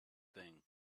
thing